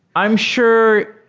i'm sure